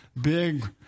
big